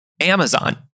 Amazon